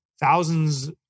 thousands